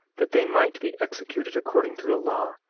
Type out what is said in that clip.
that they might be executed according to the law.